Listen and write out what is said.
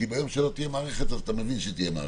כי ביום שלא תהיה מערכת אז אתה מבין שתהיה מערכת,